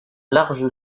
large